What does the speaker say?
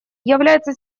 является